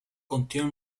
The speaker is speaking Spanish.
contiene